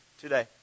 today